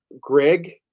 Greg